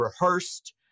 rehearsed